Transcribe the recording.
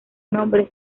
nombre